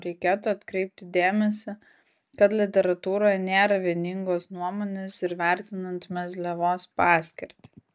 reikėtų atkreipti dėmesį kad literatūroje nėra vieningos nuomonės ir vertinant mezliavos paskirtį